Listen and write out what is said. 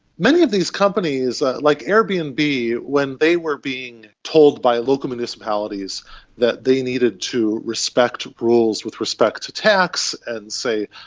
many of these companies, like airbnb um when they were being told by local municipalities that they needed to respect rules with respect to tax and, say,